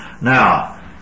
Now